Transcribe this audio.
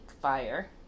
Fire